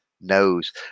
knows